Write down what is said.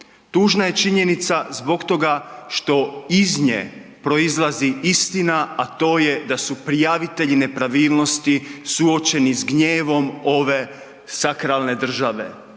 Tužna je činjenica zbog toga što iz nje proizlazi istina, a to je da su prijavitelji nepravilnosti suočeni s gnjevom ove sakralne države,